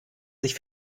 sich